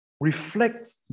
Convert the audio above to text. reflect